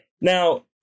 Now